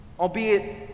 albeit